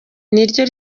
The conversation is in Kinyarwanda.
niryo